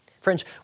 Friends